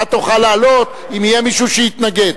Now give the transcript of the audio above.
אתה תוכל לעלות, אם יהיה מישהו שיתנגד.